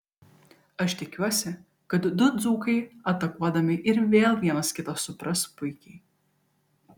aš tikiuosi kad du dzūkai atakuodami ir vėl vienas kitą supras puikiai